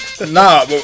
Nah